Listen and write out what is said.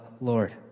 Lord